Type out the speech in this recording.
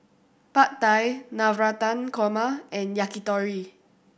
Pad Thai Navratan Korma and Yakitori